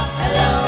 hello